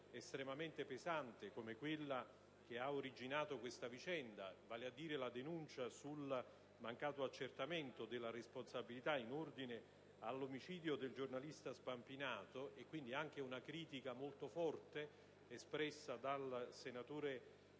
estremamente pesante, come quella che ha originato questa vicenda - vale a dire la denuncia sul mancato accertamento della responsabilità in ordine all'omicidio del giornalista Spampinato, quindi anche una critica molto forte espressa dal senatore